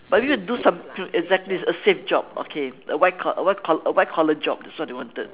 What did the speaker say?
but you need to do something exactly a safe job okay a white collar a white collar a white collar job that's what they wanted